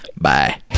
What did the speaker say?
Bye